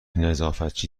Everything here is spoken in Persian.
نظافتچی